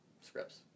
scripts